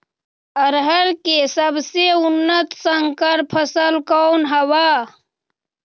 अरहर के सबसे उन्नत संकर फसल कौन हव?